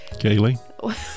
Kaylee